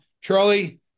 Charlie